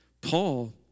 Paul